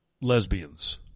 Lesbians